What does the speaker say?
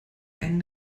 einen